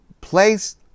place